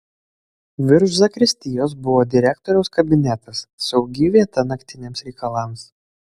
virš zakristijos buvo direktoriaus kabinetas saugi vieta naktiniams reikalams